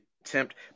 attempt